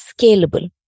scalable